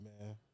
man